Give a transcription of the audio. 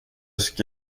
ska